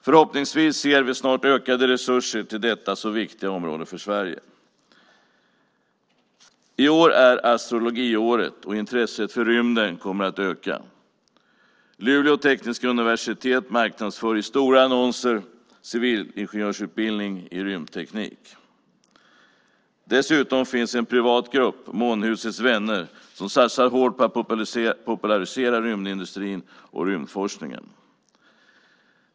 Förhoppningsvis ser vi snart ökade resurser till detta så viktiga område för Sverige. I år är astronomiåret, och intresset för rymden kommer att öka. Luleå tekniska universitet marknadsför i stora annonser sin civilingenjörsutbildning i rymdteknik. Dessutom finns en privat grupp, Månhusets Vänner, som satsar hårt på att popularisera rymdindustrin och rymdforskningen.